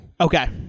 Okay